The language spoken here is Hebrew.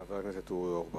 חבר הכנסת אורי